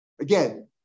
Again